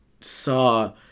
saw